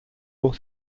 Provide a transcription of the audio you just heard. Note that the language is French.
pour